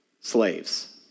slaves